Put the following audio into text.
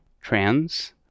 trans